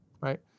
right